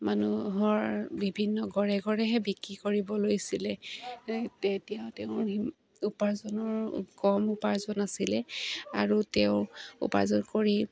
মানুহৰ বিভিন্ন ঘৰে ঘৰেহে বিক্ৰী কৰিব লৈছিলে তেতিয়া তেওঁৰ উপাৰ্জনৰ কম উপাৰ্জন আছিলে আৰু তেওঁ উপাৰ্জন কৰি